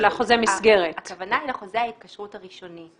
הכוונה היא לחוזה ההתקשרות הראשוני,